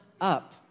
up